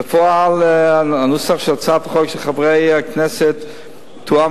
בפועל הנוסח של הצעת החוק של חברי הכנסת תואם